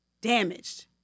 Damaged